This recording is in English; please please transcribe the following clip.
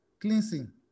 cleansing